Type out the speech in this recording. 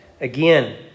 again